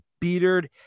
beatered